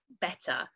better